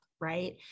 Right